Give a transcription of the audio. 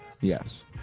Yes